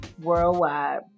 worldwide